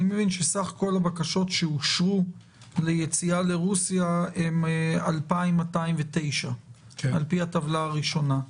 סך כל הבקשות שאושרו ליציאה לרוסיה הן 2,209 על פי הטבלה הראשונה.